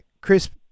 Crisp